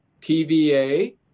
TVA